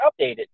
updated